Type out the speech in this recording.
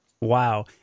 Wow